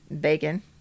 bacon